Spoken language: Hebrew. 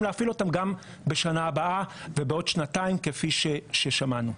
להפעיל אותם גם בשנה הבאה ובעוד שנתיים כפי ששמענו.